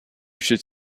should